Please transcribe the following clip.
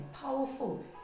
powerful